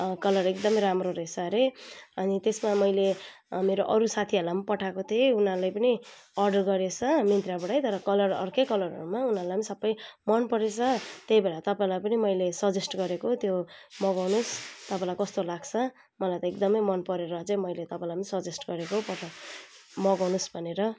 colour एकदम राम्रो रहेछ हरे अनि त्यसमा मैले मेरो अरू साथीहरूलाई पठाएको थिएँ उनीहरूले पनि अर्डर गरेको छ मिन्त्राबाट तर कलर अर्कै कलरहरूमा उनीहरूलाई सब मन परेको छ त्यही भएर तपाईँलाई पनि मैले सजेस्ट गरेको त्यो मगाउनु होस् तपाईँलाई कस्तो लाग्छ मलाई त एकदम मन परेर चाहिँ मैले तपाईँलाई सजेस्ट गरेको तपाईँ मगाउनु होस् भनेर